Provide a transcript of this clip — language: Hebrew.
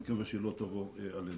אני מקווה שלא תבוא עלינו.